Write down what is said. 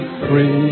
free